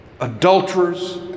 adulterers